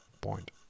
point